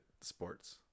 sports